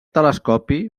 telescopi